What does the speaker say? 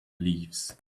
leaves